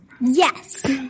Yes